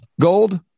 gold